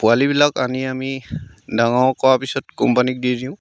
পোৱালিবিলাক আনি আমি ডাঙৰ কৰাৰ পিছত কোম্পানীক দি দিওঁ